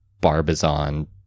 Barbizon